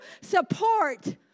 support